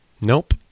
Nope